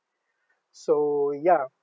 so ya